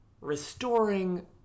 restoring